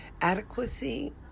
adequacy